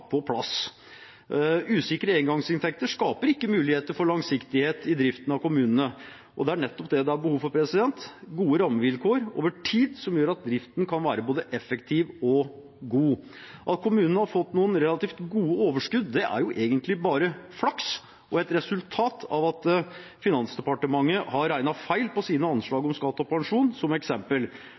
på plass. Usikre engangsinntekter skaper ikke muligheter for langsiktighet i driften av kommunene, og det er nettopp det det er behov for – gode rammevilkår over tid, som gjør at driften kan være både effektiv og god. At kommunene har fått noen relativt gode overskudd, er egentlig bare flaks og et resultat av at Finansdepartementet har regnet feil i sine anslag over skatt og pensjon, som eksempel.